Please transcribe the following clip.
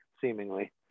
seemingly